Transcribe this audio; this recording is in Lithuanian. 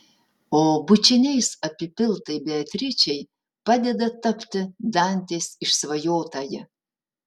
o bučiniais apipiltai beatričei padeda tapti dantės išsvajotąja